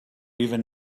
even